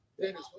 Dennis